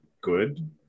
good